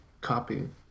copying